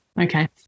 Okay